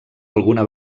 alguna